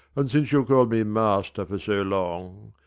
and since you call'd me master for so long,